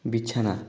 বিছানা